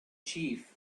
chief